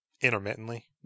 intermittently